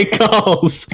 calls